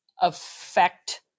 affect